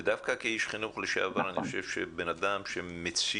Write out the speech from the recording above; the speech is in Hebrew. דווקא כאיש חינוך לשעבר אני חושב שבן אדם שמציל